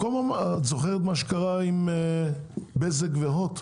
זוכרת מה קרה עם בזק והוט?